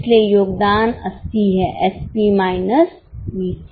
इसलिए योगदान 80 है एसपी माइनस वीसी